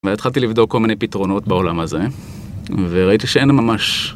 והתחלתי לבדוק כל מיני פתרונות בעולם הזה וראיתי שאין ממש